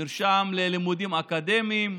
נרשם ללימודים אקדמיים,